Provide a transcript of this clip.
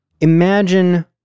Imagine